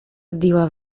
zdjęła